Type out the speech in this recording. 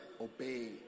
obey